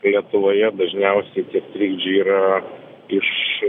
lietuvoje dažniausiai tie trikdžiai yra iš